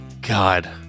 God